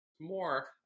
more